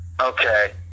Okay